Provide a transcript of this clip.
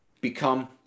become